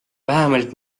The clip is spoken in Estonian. vähemalt